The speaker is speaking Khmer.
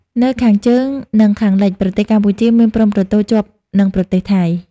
នៅខាងជើង និងខាងលិច ប្រទេសកម្ពុជាមានព្រំប្រទល់ជាប់នឹងប្រទេសថៃ។